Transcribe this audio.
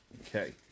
Okay